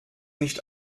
nicht